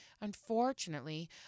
Unfortunately